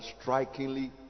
strikingly